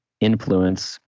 influence